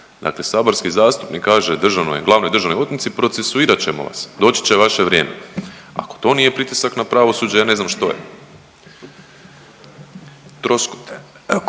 Dakle saborski zastupnik kaže državnoj, glavnoj državnoj odvjetnici procesuirat ćemo vas. Doći će vaše vrijeme. Ako to nije pritisak na pravosuđe, ja ne znam što je.